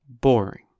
boring